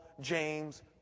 James